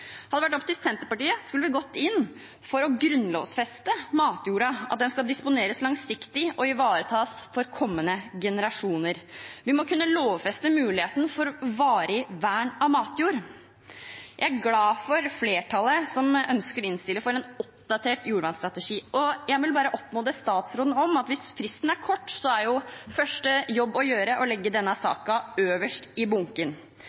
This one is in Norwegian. Hadde det vært opp til Senterpartiet, skulle vi gått inn for å grunnlovfeste matjorda – at den skal disponeres langsiktig og ivaretas for kommende generasjoner. Vi må kunne lovfeste muligheten for varig vern av matjord. Jeg er glad for flertallet, som ønsker å innstille på en oppdatert jordvernstrategi. Jeg vil bare oppfordre statsråden til at hvis fristen er kort, er første jobb å gjøre å legge denne saken øverst i bunken.